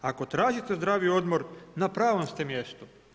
Ako tražite zdravi odmor na pravom ste mjestu.